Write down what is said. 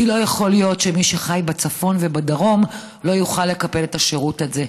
כי לא יכול להיות שמי שחי בצפון ובדרום לא יוכל לקבל את השירות הזה.